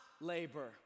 labor